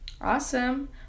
Awesome